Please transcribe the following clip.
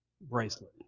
bracelet